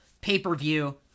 pay-per-view